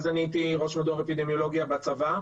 אז אני הייתי ראש מדור אפידמיולוגיה בצבא.